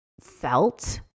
felt